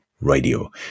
radio